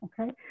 Okay